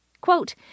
Quote